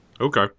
Okay